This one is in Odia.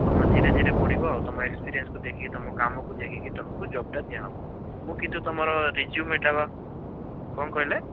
ତମ ଧୀରେ ଧୀରେ ବଢ଼ିବ ଆଉ ତମ ଏକ୍ସପିରିଏନ୍ସକୁ ଦେଖିକି ତମ କାମକୁ ଦେଖିକି ତମକୁ ଜବ୍ଟା ଦିଆହେବ ମୁଁ କିନ୍ତୁ ତମର ରେଜୁମେଟା ବା କ'ଣ କହିଲେ